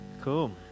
Cool